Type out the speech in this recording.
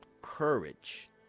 courage